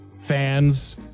fans